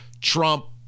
Trump